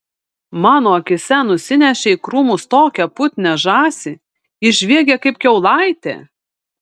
mano akyse nusinešė į krūmus tokią putnią žąsį ji žviegė kaip kiaulaitė